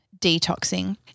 detoxing